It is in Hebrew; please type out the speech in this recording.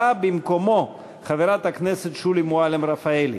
באה במקומו חברת הכנסת שולי מועלם-רפאלי.